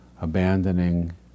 abandoning